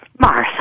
Martha